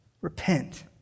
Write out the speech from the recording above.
Repent